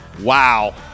Wow